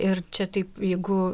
ir čia taip jeigu